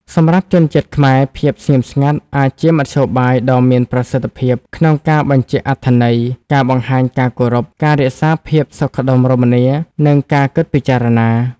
សម្រាប់ជនជាតិខ្មែរ ភាពស្ងៀមស្ងាត់អាចជាមធ្យោបាយដ៏មានប្រសិទ្ធភាពក្នុងការបញ្ជាក់អត្ថន័យ ការបង្ហាញការគោរព ការរក្សាភាពសុខដុមរមនា និងការគិតពិចារណា។